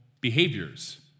behaviors